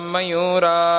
Mayura